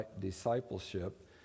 discipleship